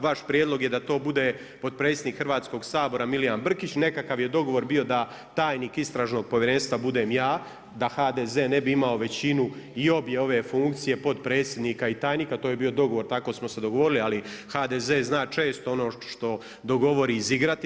Vaš prijedlog je da to bude potpredsjednik Hrvatskog sabora, Milijan Brkić, nekakav je dogovor bio da tajnik Istražnog povjerenstva budem ja, da HDZ ne bi imao većinu i obje ove funkcije potpredsjednika i tajnika, to je bio dogovor, tako smo se dogovorili ali HDZ zna često ono što dogovori, izigrati.